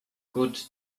good